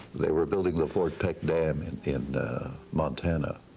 they were building the fort peck dam and in montana,